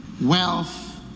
wealth